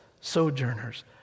sojourners